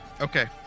Okay